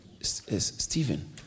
Stephen